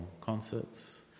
concerts